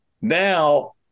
now